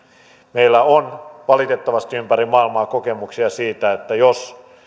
meillä on valitettavasti ympäri maailmaa kokemuksia siitä että